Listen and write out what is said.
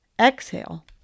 exhale